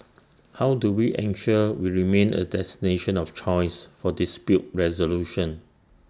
how do we ensure we remain A destination of choice for dispute resolution